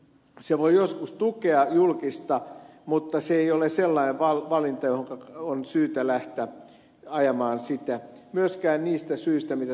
yksityinen voi joskus tukea julkista mutta se ei ole sellainen valinta jota on syytä lähteä ajamaan myöskään niistä syistä mitä täällä ed